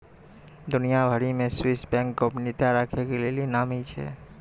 दुनिया भरि मे स्वीश बैंक गोपनीयता राखै के लेली नामी छै